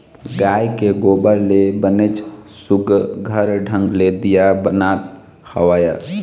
गाय के गोबर ले बनेच सुग्घर ढंग ले दीया बनात हवय